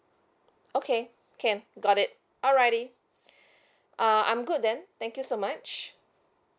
okay can got it alright uh I'm good then thank you so much